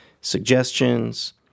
suggestions